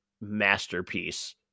masterpiece